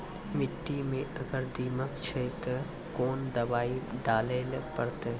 मिट्टी मे अगर दीमक छै ते कोंन दवाई डाले ले परतय?